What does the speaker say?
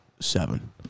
seven